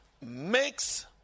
makes